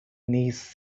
niece